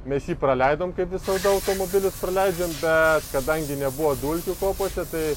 mes jį praleidom kaip visada automobilius praleidžiam bet kadangi nebuvo dulkių kopose tai